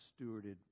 stewarded